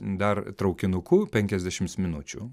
dar traukinuku penkiasdešims minučių